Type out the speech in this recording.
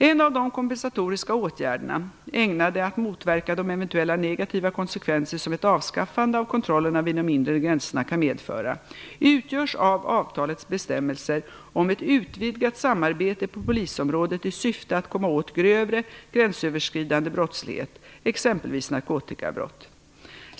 En av de kompensatoriska åtgärderna - ägnade att motverka de eventuella negativa konsekvenser som ett avskaffande av kontrollerna vid de inre gränserna kan medföra - utgörs av avtalets bestämmelser om ett utvidgat samarbete på polisområdet i syfte att komma åt grövre, gränsöverskridande brottslighet, exempelvis narkotikabrott.